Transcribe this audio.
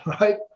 right